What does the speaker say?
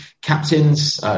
captains